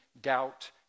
doubt